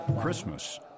Christmas